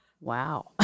wow